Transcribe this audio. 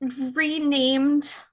renamed